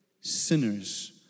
sinners